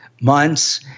months